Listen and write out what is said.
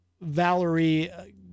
Valerie